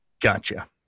Gotcha